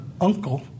uncle